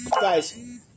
Guys